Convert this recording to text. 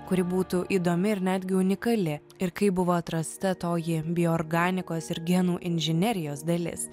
kuri būtų įdomi ir netgi unikali ir kaip buvo atrasta toji biorganikos ir genų inžinerijos dalis